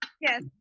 Yes